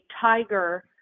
tiger